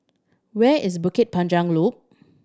where is Bukit Panjang Loop